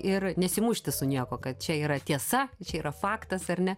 ir nesimušti su niekuo kad čia yra tiesa čia yra faktas ar ne